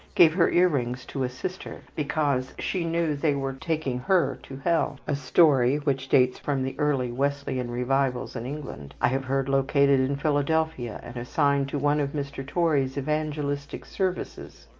gave her ear-rings to a sister, because she knew they were taking her to hell a story which dates from the early wesleyan revivals in england i have heard located in philadelphia, and assigned to one of mr. torrey's evangelistic services.